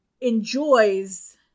enjoys